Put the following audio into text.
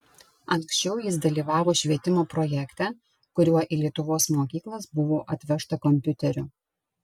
anksčiau jis dalyvavo švietimo projekte kuriuo į lietuvos mokyklas buvo atvežta kompiuterių